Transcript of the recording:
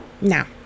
Now